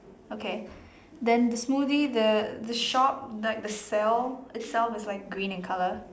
okay then the smoothie the the shop like the sail itself is like green in color